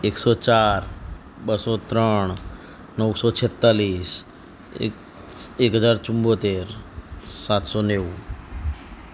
એક સો ચાર બસો ત્રણ નવસો છેતાળીસ એક એક હજાર ચુમ્મોતેર સાતસો નેવું